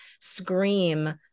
scream